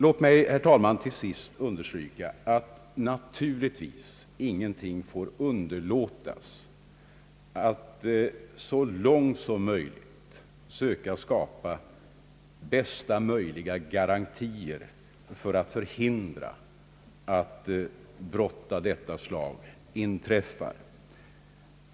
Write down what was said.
Låt mig, herr talman, till sist understryka att naturligtvis ingenting får underlåtas för att så långt som möjligt skapa de bästa möjliga garantier mot att brott av detta slag inträffar.